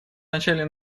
начале